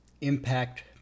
impact